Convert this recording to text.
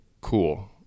cool